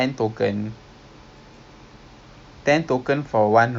ya that's why maybe tonight kalau jumpa then he can tell you more about it lah